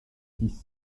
six